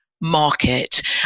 market